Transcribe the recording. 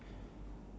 ya